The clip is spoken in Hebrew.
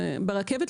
ברכבת,